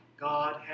God